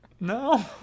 No